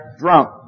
drunk